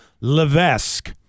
Levesque